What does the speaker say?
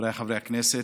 חבריי חברי הכנסת,